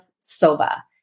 soba